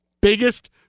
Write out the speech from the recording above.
biggest